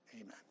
Amen